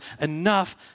enough